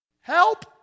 help